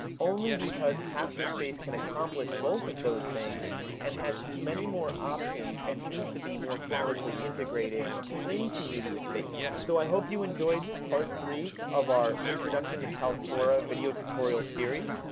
only because capturespace can accomplish both of those things and has many more options and seems to be more flawlessly integrated into mediaspace, so i hope you enjoyed part three of our introduction to kaltura video tutorial series.